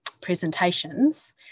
Presentations